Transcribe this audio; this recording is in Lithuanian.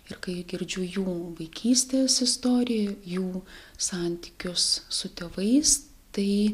ir kai girdžiu jų vaikystės istoriją jų santykius su tėvais tai